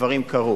הדברים קרו.